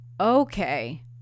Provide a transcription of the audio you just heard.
okay